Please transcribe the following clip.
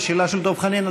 ושאלה של דב חנין.